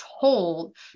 told